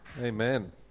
Amen